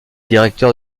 directeur